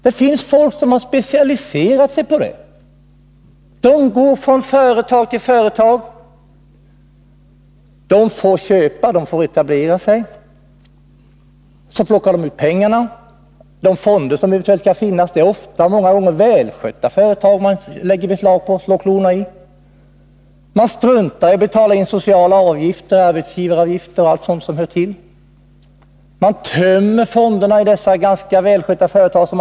Det finns folk som har specialiserat sig på detta. De går från företag till företag. De får köpa företag, och de får etablera sig. Så plockar de ut pengarna — det är ofta välskötta företag som man lägger beslag på och slår klorna i. Man struntar i att betala in sociala avgifter och arbetsgivaravgifter, man avsätter inte semesterpengar och allt sådant som hör till.